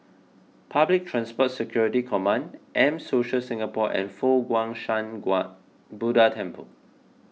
Public Transport Security Command M Social Singapore and Fo Guang Shan Buddha Temple